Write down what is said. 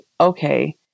okay